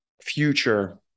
future